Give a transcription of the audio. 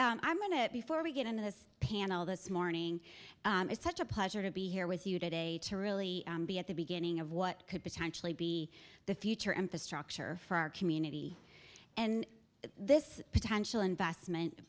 so i'm going to before we get into this panel this morning it's such a pleasure to be here with you today to really be at the beginning of what could potentially be the future and the structure for our community and this potential investment